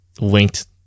linked